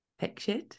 pictured